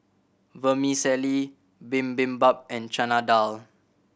Vermicelli Bibimbap and Chana Dal